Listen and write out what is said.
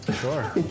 Sure